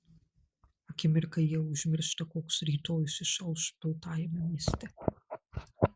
akimirkai jie užmiršta koks rytojus išauš baltajame mieste